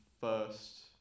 first